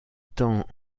temps